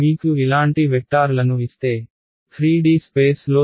మీకు ఇలాంటి వెక్టార్లను ఇస్తే 3D స్పేస్లో చెప్పండి v1v2v3